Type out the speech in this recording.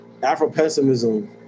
Afro-pessimism